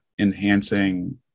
enhancing